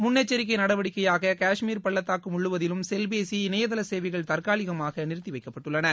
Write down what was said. முன்னெச்சரிக்கை நடவடிக்கையாக காஷ்மீர் பள்ளத்தாக்கு முழுவதிலும் செல்பேசி இணையதள சேவைகள் தற்காலிகமாக நிறுத்தி வைக்கப்பட்டுள்ளன